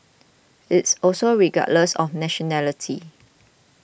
it's also regardless of nationality